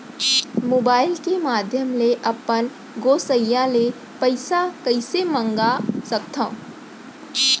Mobile के माधयम ले अपन गोसैय्या ले पइसा कइसे मंगा सकथव?